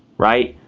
right?